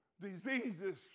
diseases